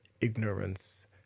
ignorance